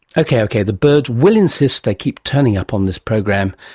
okay, okay, the birds will insist, they keep turning up on this program,